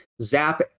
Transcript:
zap